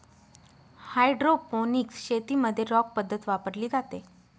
hydroponics शेतीमध्ये rock पद्धत वापरली जाते